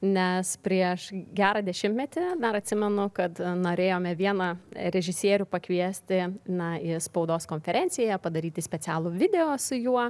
nes prieš gerą dešimtmetį dar atsimenu kad norėjome vieną režisierių pakviesti na į spaudos konferenciją padaryti specialų video su juo